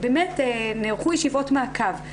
נערכו ישיבות מעקב,